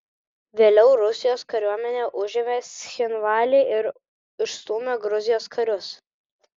vėliau rusijos kariuomenė užėmė cchinvalį ir išstūmė gruzijos karius